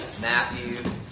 Matthew